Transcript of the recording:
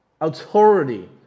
authority